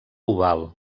oval